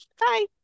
Bye